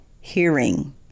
hearing